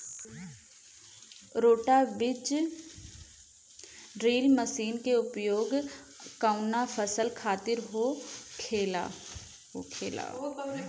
रोटा बिज drill machine के उपयोग कऊना फसल खातिर होखेला?